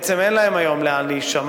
בעצם אין להם היום מקום להישמע.